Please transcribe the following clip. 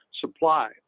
supply